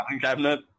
cabinet